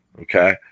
Okay